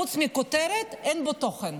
חוץ מכותרת אין בו תוכן.